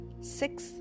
six